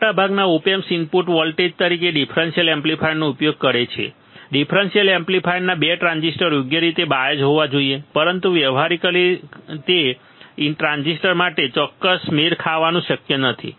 મોટાભાગના op amps input voltage તરીકે differential એમ્પ્લીફાયરનો ઉપયોગ કરે છે ડિફરન્સીયલ એમ્પ્લીફાયરના 2 ટ્રાન્ઝિસ્ટર યોગ્ય રીતે બાયજ્ડ હોવા જોઈએ પરંતુ વ્યવહારીકલી તે ટ્રાન્ઝિસ્ટર સાથે ચોક્કસ મેળ ખાવાનું શક્ય નથી